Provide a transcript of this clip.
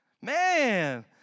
Man